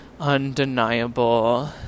undeniable